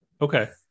Okay